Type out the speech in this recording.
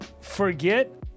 forget